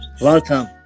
Welcome